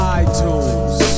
iTunes